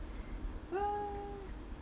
what